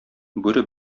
бүре